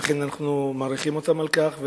לכן אנחנו מעריכים אותם על כך,